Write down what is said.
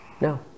No